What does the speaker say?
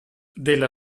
della